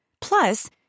Plus